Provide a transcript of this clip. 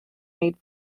made